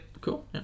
Cool